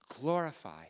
glorify